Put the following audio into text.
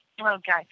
Okay